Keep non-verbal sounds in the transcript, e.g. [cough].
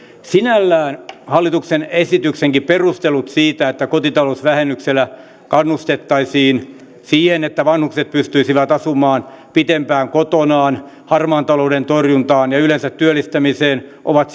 sinällään hallituksen esityksenkin perustelut siitä että kotitalousvähennyksellä kannustettaisiin siihen että vanhukset pystyisivät asumaan pitempään kotonaan harmaan talouden torjuntaan ja yleensä työllistämiseen ovat [unintelligible]